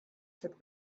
took